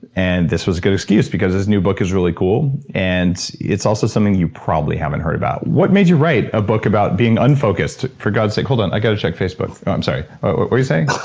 and this was a good excuse because his new book is really cool, and it's also something you probably haven't heard about. what made you write a book about being unfocused? for god's sake, hold on, i gotta check facebook. oh, i'm sorry. what were you saying?